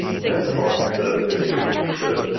just about the physical features,